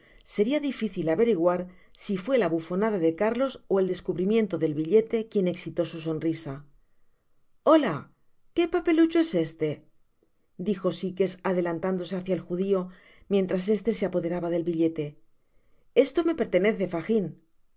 seria difícil averiguar si fué la bufonada de carlos ó el descubrimiento del billete quien exitó su sonrisa ola que papelucho es este dijo sikes adelantándose hacia el judio mientras este se apoderaba del billete esto me pertenece fagin no